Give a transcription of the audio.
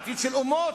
עתיד של אומות,